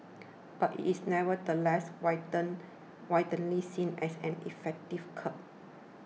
but it is nevertheless widen widely seen as an effective curb